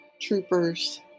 Troopers